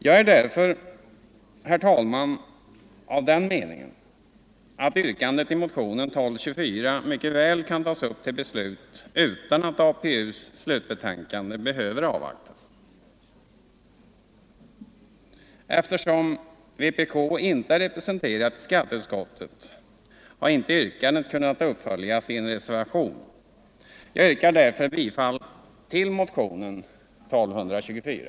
Jag är därför, herr talman, av den meningen att yrkandet i motionen 1224 mycket väl kan tas upp till beslut utan att APU:s slutbetänkande behöver avvaktas. Eftersom vpk inte är representerat i skatteutskottet har yrkandet inte kunnat uppföljas i en reservation. Jag yrkar därför bifall till motionen 1224.